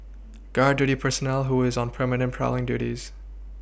guard duty personnel who is on permanent prowling duties